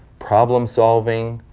problem solving,